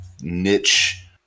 niche